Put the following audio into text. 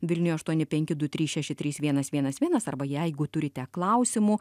vilniuje aštuoni penki du trys šeši trys vienas vienas vienas arba jeigu turite klausimų